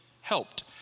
helped